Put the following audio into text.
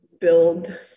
build